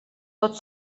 tot